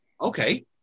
okay